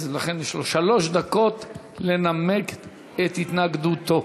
לכן יש לו שלוש דקות לנמק את התנגדותו.